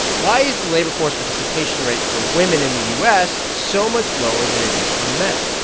why is the labor force participation rate for women in the u s. so much lower than it is for men?